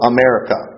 America